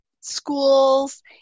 schools